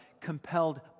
compelled